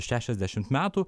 šešiasdešim metų